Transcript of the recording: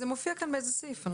זה מופיע כאן באיזשהו סעיף.